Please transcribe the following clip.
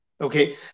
Okay